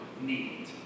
need